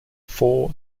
four